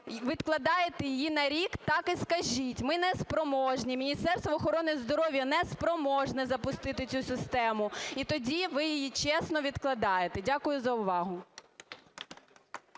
відкладаєте її на рік, так і скажіть: "Ми неспроможні, Міністерство охорони здоров'я неспроможне запустити цю систему.", - і тоді ви її чесно відкладаєте. Дякую за увагу.